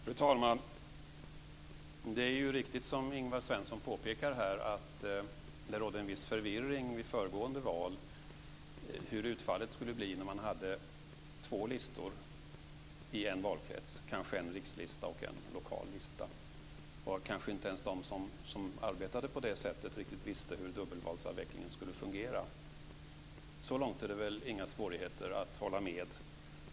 Fru talman! Det är riktigt som Ingvar Svensson påpekar, dvs. att det rådde en viss förvirring vid föregående val. Man visste inte hur utfallet skulle bli när man hade två listor i en valkrets - kanske en rikslista och en lokal lista. Inte ens de som arbetade på det sättet visste kanske hur dubbelvalsavvecklingen skulle fungera. Så långt är det inga svårigheter att hålla med.